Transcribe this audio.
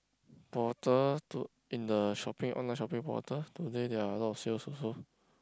portal to in the shopping online shopping portal today there are a lot of sales also